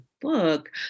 book